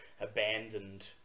abandoned